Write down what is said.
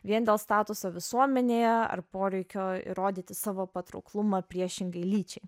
vien dėl statuso visuomenėje ar poreikio įrodyti savo patrauklumą priešingai lyčiai